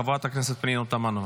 חברת הכנסת פנינה תמנו,